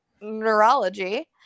neurology